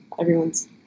everyone's